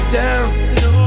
down